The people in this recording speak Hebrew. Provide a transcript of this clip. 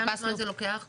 כמה זמן זה לוקח?